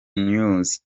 news